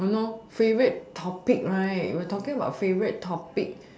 !han norh! favourite topic right we are talking about favourite topic